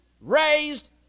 raised